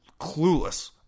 clueless